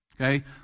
Okay